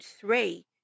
three